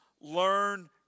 learn